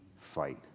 fight